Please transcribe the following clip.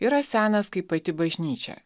yra senas kaip pati bažnyčia